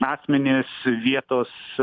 asmenis vietos